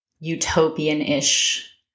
utopian-ish